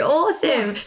awesome